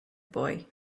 boy